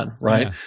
right